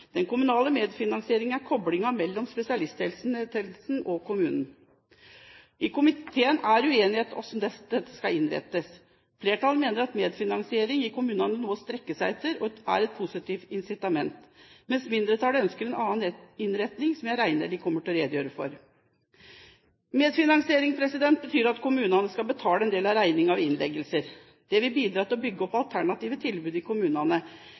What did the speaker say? Den kommunale medfinansieringen er koblingen mellom spesialisthelsetjenesten og kommunen. I komiteen er det uenighet om hvordan dette skal innrettes. Flertallet mener at medfinansiering gir kommunene noe å strekke seg etter og er et positivt insitament, mens mindretallet ønsker en annen innretning, som jeg regner med de kommer til å redegjøre for. Medfinansiering betyr at kommunene skal betale en del av regningen ved innleggelser. Det vil bidra til å bygge opp alternative tilbud i kommunene,